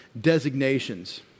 designations